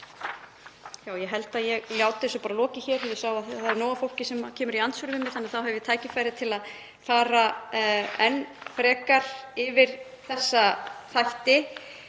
Ég held að ég láti þessu lokið hér. Ég sá að það er nóg af fólki sem kemur í andsvör við mig þannig að þá höfum við tækifæri til að fara enn frekar yfir þessa þætti.